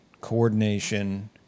coordination